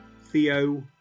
Theo